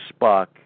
Spock